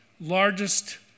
largest